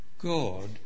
God